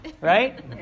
right